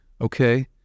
Okay